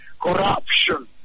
corruption